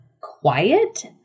quiet